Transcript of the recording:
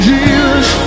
Jesus